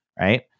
Right